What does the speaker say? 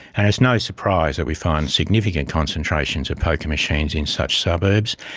and it's no surprise that we find significant concentrations of poker machines in such suburbs,